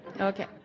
Okay